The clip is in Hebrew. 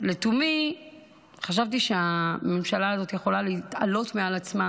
לתומי חשבתי שהממשלה הזאת יכולה להתעלות מעל עצמה,